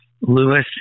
Lewis